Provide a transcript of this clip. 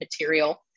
material